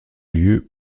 lieu